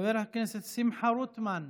חבר הכנסת שמחה רוטמן,